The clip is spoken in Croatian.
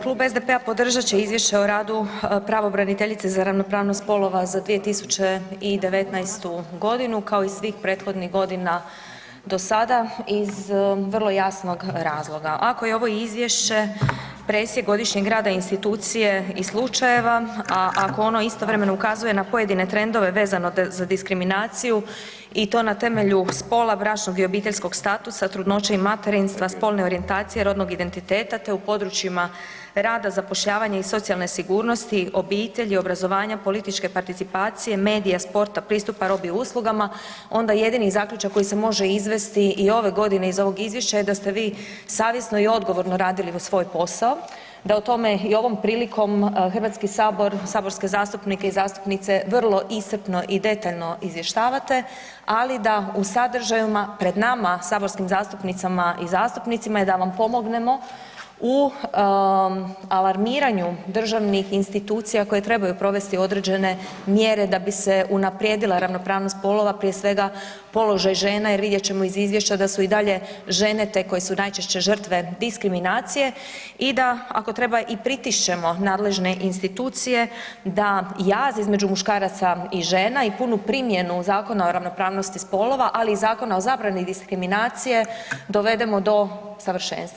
Klub SDP-a podržat će Izvješće o radu pravobraniteljice za ravnopravnost spolova za 2019. godinu kao i svih prethodnih godina do sada iz vrlo jasnog razloga, ako je ovo izvješće presjek godišnjeg rada institucije i slučajeva, a ako ono istovremeno ukazuje na pojedine trendove vezano za diskriminaciju i to na temelju spola, bračnog i obiteljskog statusa, trudnoće i materinstva, spolne orijentacije, rodnog identiteta te u područjima rada, zapošljavanja i socijalne sigurnosti, obitelji, obrazovanja, političke participacije, medija, sporta, pristupa robi i uslugama onda jedini zaključak koji se može izvesti i ove godine iz ovog izvješća je da ste vi savjesno i odgovorno radili svoj posao, da o tome i ovom prilikom HS, saborske zastupnike i zastupnice vrlo iscrpno i detaljno izvještavate, ali da u sadržajima pred nama saborskim zastupnicama i zastupnicima je da vam pomognemo u alarmiranju državnih institucija koje trebaju provesti određene mjere da bi se unaprijedila ravnopravnost spolova, prije svega položaj žena jer vidjet ćemo iz izvješća da su i dalje žene te koje su najčešće žrtve diskriminacije i da ako treba pritišćemo nadležne institucije da jaz između muškaraca i žena i punu primjenu Zakona o ravnopravnosti spolova, ali i Zakona o zabrani diskriminacije dovedemo do savršenstva.